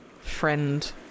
friend